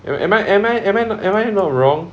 am I am I am I not am I not wrong